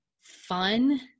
fun